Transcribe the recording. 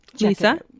Lisa